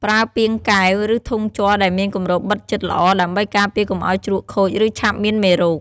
ប្រើពាងកែវ ឬធុងជ័រដែលមានគម្របបិទជិតល្អ ដើម្បីការពារកុំឱ្យជ្រក់ខូច ឬឆាប់មានមេរោគ។